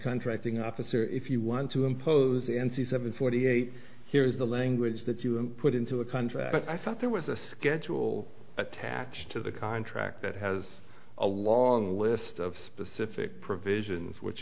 contracting officer if you want to impose a n c seven forty eight here is the language that you put into a contract but i thought there was a schedule attached to the contract that has a long list of specific provisions which